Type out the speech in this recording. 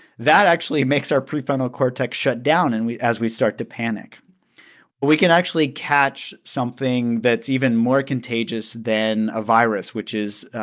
that actually makes our prefrontal cortex shut down and we as we start to panic we can actually catch something that's even more contagious than a virus, which is,